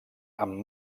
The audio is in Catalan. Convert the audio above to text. amb